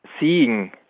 seeing